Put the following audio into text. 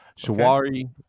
Shawari